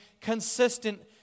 consistent